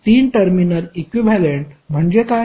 3 terminal equivalent म्हणजे काय